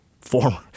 former